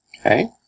Okay